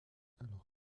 alors